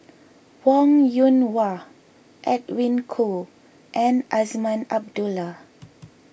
Wong Yoon Wah Edwin Koo and Azman Abdullah